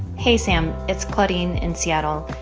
hey, sam. it's claudine in seattle.